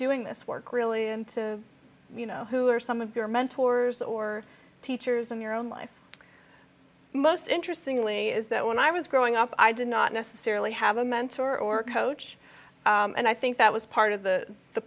doing this work really and to you know who are some of your mentors or teachers in your own life most interesting leigh is that when i was growing up i did not necessarily have a mentor or coach and i think that was part of the the